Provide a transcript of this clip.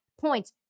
Points